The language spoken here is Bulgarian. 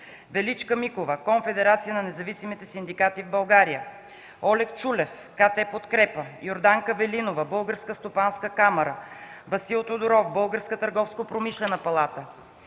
Величка Микова – Конфедерация на независимите синдикати в България; Олег Чулев – КТ „Подкрепа”; Йорданка Велинова – Българска стопанска камара; Васил Тодоров – Българска търговско-промишлена палата;